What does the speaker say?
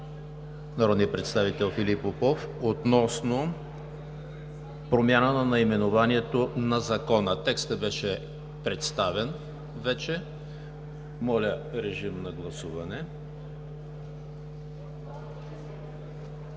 народния представител Филип Попов относно промяна на наименованието на Закона. Текстът беше представен. Гласували